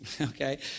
okay